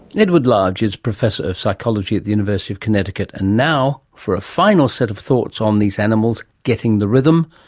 edward large is professor of psychology at the university of connecticut. and now, for a final set of thoughts on these animals getting the rhythm,